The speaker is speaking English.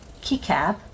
keycap